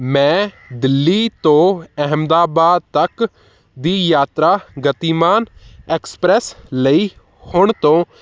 ਮੈਂ ਦਿੱਲੀ ਤੋਂ ਅਹਿਮਦਾਬਾਦ ਤੱਕ ਦੀ ਯਾਤਰਾ ਗਤੀਮਾਨ ਐਕਸਪ੍ਰੈਸ ਲਈ ਹੁਣ ਤੋਂ